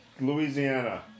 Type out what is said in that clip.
Louisiana